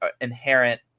inherent